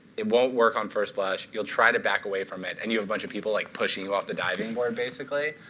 it won't work on first blush. you'll try to back away from it. and you have a bunch of people like pushing you off the diving board, basically.